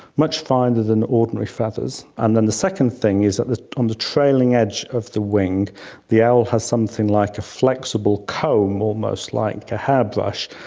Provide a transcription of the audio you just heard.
much finer than ordinary feathers. and then the second thing is that on um the trailing edge of the wing the owl has something like a flexible comb, almost like a hairbrush,